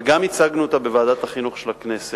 וגם הצגנו אותה בוועדת החינוך של הכנסת,